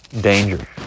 danger